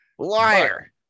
liar